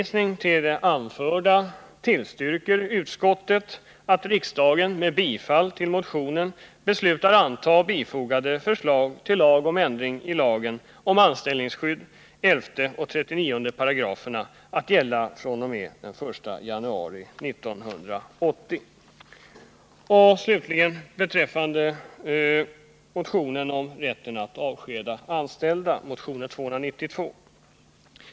Slutligen vill jag ta upp vår motion om inskränkningar i rätten att avskeda anställda, motionen 292.